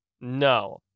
No